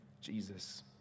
Jesus